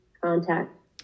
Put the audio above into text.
contact